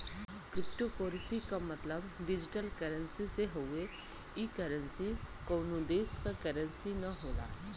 cryptocurrency क मतलब digital currency से हउवे ई करेंसी कउनो देश क करेंसी न होला